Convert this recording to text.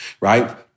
Right